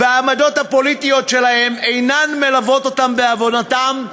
והעמדות הפוליטיות שלהם אינן מלוות אותם בעבודתם,